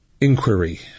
inquiry